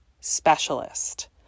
specialist